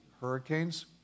hurricanes